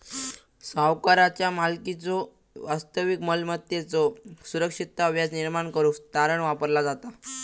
सावकाराचा मालकीच्यो वास्तविक मालमत्तेत सुरक्षितता व्याज निर्माण करुक तारण वापरला जाता